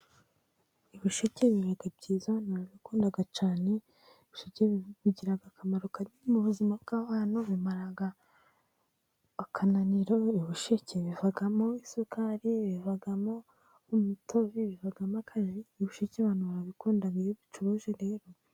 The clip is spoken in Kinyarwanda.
Ibisheke biba byiza bigira akamaro mu buzima bw'abantu. Bimara akananiro, ibisheke bivamo isukari, bivamo umutobe kandi ibisheke abantu babikunda iyo bituje rero.